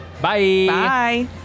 Bye